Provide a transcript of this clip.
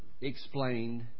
explained